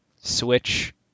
switch